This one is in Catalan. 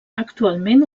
actualment